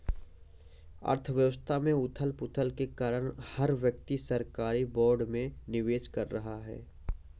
अर्थव्यवस्था में उथल पुथल के कारण हर व्यक्ति सरकारी बोर्ड में निवेश कर रहा है